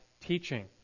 teaching